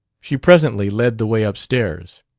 she presently led the way upstairs.